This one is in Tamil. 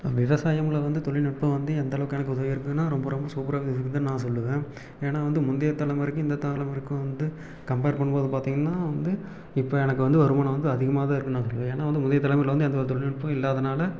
விவசாயமில் வந்து தொழில்நுட்பம் வந்து எந்தளவுக்கு எனக்கு உதவிருக்குதுனால் ரொம்ப ரொம்ப சூப்பராக உதவியிருக்குதுனு தான் நான் சொல்லுவேன் ஏனால் வந்து முந்தைய தலைமுறைக்கும் இந்த தலைமுறைக்கும் வந்து கம்பேர் பண்ணும்போது பார்த்திங்கன்னா வந்து இப்போ எனக்கு வந்து வருமானம் வந்து அதிகமாதான் இருக்குதுன்னு நான் சொல்வேன் ஏனால் முந்தைய தலைமுறையில் வந்து எந்த ஒரு தொழில்நுட்பமும் இல்லாததினால